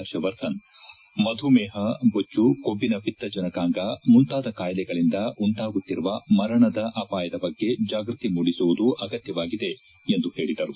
ಹರ್ಷವರ್ಧನ್ ಮಧುಮೇಹ ಬೊಜ್ಲ ಕೊಬ್ಲಿನ ಪಿತ್ತಜನಕಾಂಗ ಮುಂತಾದ ಕಾಯಿಲೆಗಳಿಂದ ಉಂಟಾಗುತ್ತಿರುವ ಮರಣದ ಅಪಾಯದ ಬಗ್ಗೆ ಜಾಗೃತಿ ಮೂಡಿಸುವುದು ಅಗತ್ತವಾಗಿದೆ ಎಂದು ಹೇಳಿದರು